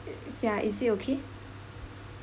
uh ya is it okay